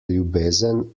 ljubezen